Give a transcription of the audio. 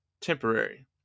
temporary